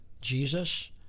Jesus